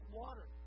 water